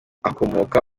agakomoka